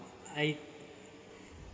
I